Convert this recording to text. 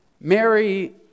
Mary